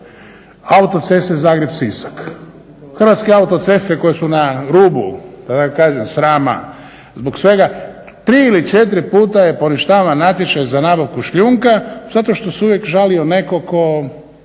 autoceste Zagreb-Sisak. HAC koje su na rubu da tako kažem srama zbog svega tri ili četiri puta je poništavan natječaj za nabavku šljunka zato što se uvijek žalio netko tko